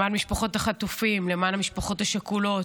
למען משפחות החטופים, למען המשפחות השכולות,